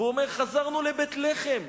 ואומר: חזרנו לבית-לחם,